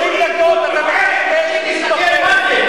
רואים דמות, הפרצוף שלכם.